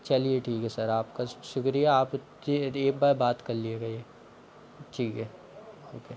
चलिए ठीक है सर आप का श शुक्रिया आप एक बार बात कर ठीक हे ओके